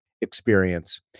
experience